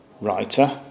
writer